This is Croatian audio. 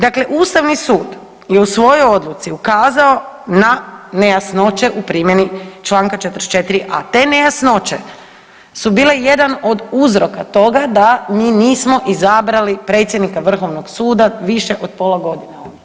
Dakle, Ustavni sud je u svojoj odluci ukazao na nejasnoće u primjeni Članka 44a. Te nejasnoće su bile jedan od uzroka toga da mi nismo izabrali predsjednika Vrhovnog suda više od pola godine.